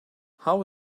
how